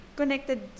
connected